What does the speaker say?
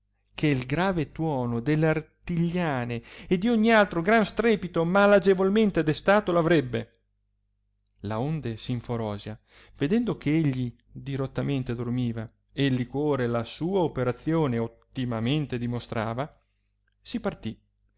che grave tuono delle artigliane e di ogni altro gran strepito malagevolmente destato l avrebbe laonde simforosia vedendo che egli dirottamente dormiva e il liquore la sua operazione ottimamente dimostrava si partì